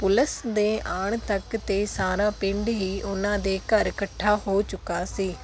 police ਦੇ ਆਉਣ ਤੱਕ ਤਾਂ ਸਾਰਾ ਪਿੰਡ ਹੀ ਉਹਨਾਂ ਦੇ ਘਰ ਇਕੱਠਾ ਹੋ ਚੁੱਕਾ ਸੀ